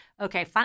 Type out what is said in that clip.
Okay